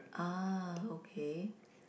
uh okay